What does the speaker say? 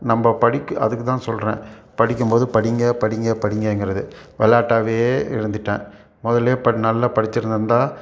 நம்ம படிக்கு அதுக்குதான் சொல்கிறேன் படிக்கும்போது படிங்க படிங்க படிங்கங்கறது விளாட்டாவே இருந்துட்டேன் முதல்லையே ப நல்லா படிச்சிருந்துருந்தால்